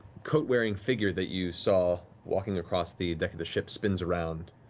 coat-wearing figure that you saw walking across the deck of the ship spins around,